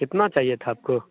कितना चाहिए था आपको